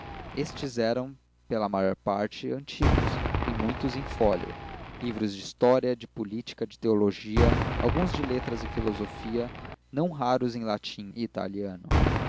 estes eram pela maior parte antigos e muitos infólio livros de história de política de teologia alguns de letras e filosofia não raros em latim e italiano